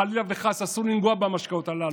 חלילה וחס, אסור לנגוע במשקאות הללו.